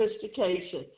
sophistication